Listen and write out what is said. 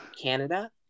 Canada